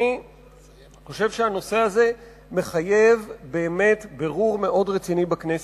אני חושב שהנושא הזה מחייב באמת בירור מאוד רציני בכנסת.